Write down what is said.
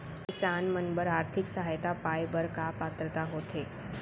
किसान मन बर आर्थिक सहायता पाय बर का पात्रता होथे?